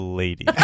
lady